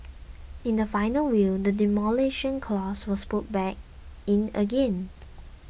in the final will the Demolition Clause was put back in again